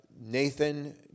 Nathan